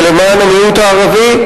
זה למען המיעוט הערבי,